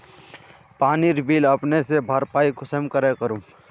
पानीर बिल अपने से भरपाई कुंसम करे करूम?